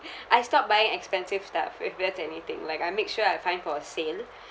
I stopped buying expensive stuff if there's anything like I make sure I find for a sale